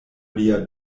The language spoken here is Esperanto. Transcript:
lia